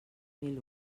mil